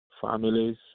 families